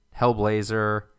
Hellblazer